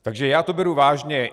Takže já to beru vážně.